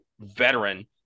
veteran